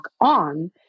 on